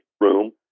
room